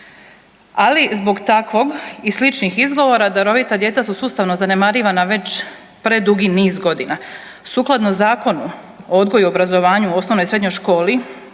ali zbog takvog i sličnih izgovora darovita djeca su sustavno zanemarivana već predugi niz godina. Sukladno Zakonu o odgoju i obrazovanju u osnovnoj i srednjoj školi,